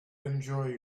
enjoy